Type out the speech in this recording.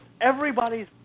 everybody's